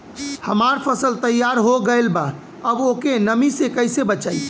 हमार फसल तैयार हो गएल बा अब ओके नमी से कइसे बचाई?